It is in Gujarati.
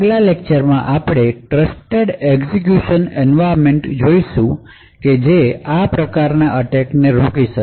આગલા લેકચરમાં આપણે ટ્રસ્ટેડ એક્ઝીક્યૂશન એન્વાયરમેન્ટ જોઈશું કે જે આ પ્રકારના અટેક ને રોકી શકે